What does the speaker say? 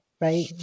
right